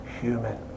human